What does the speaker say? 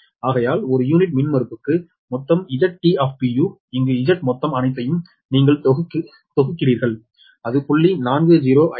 ஆகையால் ஒரு யூனிட் மின்மறுப்புக்கு மொத்தம் ZT இங்கு Z மொத்தம் அனைத்தையும் நீங்கள் தொகுக்கிறீர்கள் அது 0